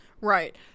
Right